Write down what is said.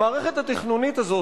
המערכת התכנונית הזאת,